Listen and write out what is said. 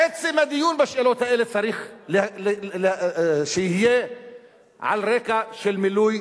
עצם הדיון בשאלות האלה צריך שיהיה על רקע של מילוי